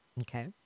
Okay